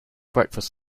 breakfast